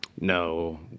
No